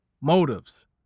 motives